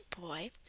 boy